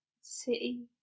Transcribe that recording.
city